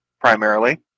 primarily